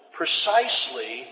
precisely